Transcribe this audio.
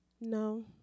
No